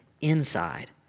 inside